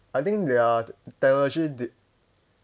I think their technology de~